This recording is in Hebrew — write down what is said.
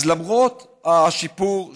אז למרות השיפור שחל,